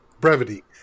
Brevity